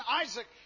Isaac